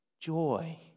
Joy